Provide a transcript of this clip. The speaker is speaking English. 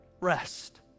rest